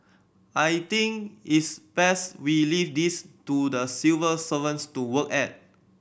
I think it's best we leave this to the civil servants to work at